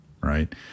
Right